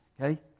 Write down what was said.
Okay